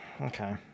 okay